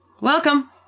Welcome